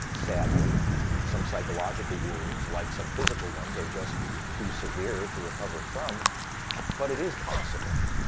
sadly some psychological wounds, like some physical ones, are just too severe to recover from but it is possible.